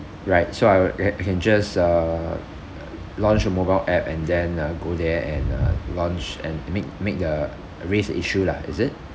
right so I'll I I can just uh launch your mobile app and then uh go there and uh launch and make make a raise issue lah is it